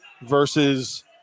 versus